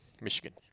Michigan